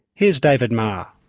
here's david marr.